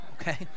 okay